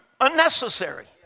unnecessary